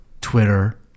Twitter